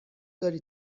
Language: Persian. داری